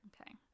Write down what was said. Okay